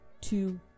two